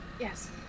Yes